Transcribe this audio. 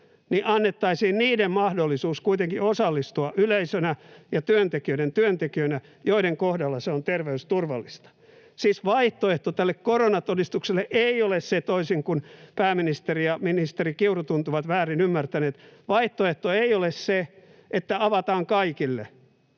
niin annettaisiin niille mahdollisuus kuitenkin osallistua yleisönä ja työntekijöinä, joiden kohdalla se on terveysturvallista. Siis vaihtoehto tälle koronatodistukselle ei ole se — toisin kuin pääministeri ja ministeri Kiuru tuntuvat väärin ymmärtäneen — että avataan kaikille,